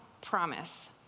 promise